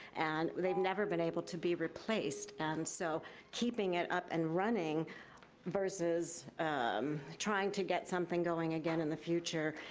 and they've never been able to be replaced, and so keeping it up and running versus trying to get something going again in the future,